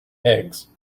eggs